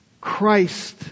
Christ